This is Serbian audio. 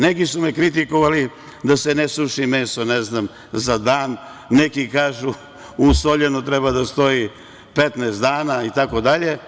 Neki su me kritikovali da se ne suši meso za dan, neki kažu usoljeno treba da stoji 15 dana, itd.